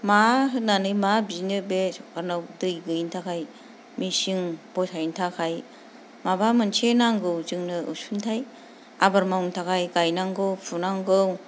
मा होननानै मा बिनो बे सोरकारनाव बे दै गैयिनि थाखाय मेचिन बहायनो थाखाय माबा मोनसे नांगौ जोंनो अनसुंथाइ आबाद मावनो थाखाय गायनांगौ फुनांगौ